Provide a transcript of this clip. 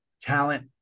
talent